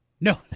No